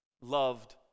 loved